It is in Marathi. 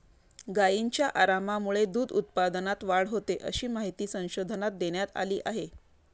गायींच्या आरामामुळे दूध उत्पादनात वाढ होते, अशी माहिती संशोधनात देण्यात आली आहे